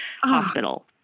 hospital